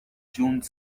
june